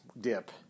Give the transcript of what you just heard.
dip